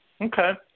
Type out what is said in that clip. Okay